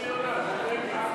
תוסיף אותי בבקשה.